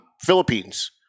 Philippines